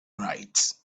right